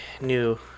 new